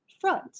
front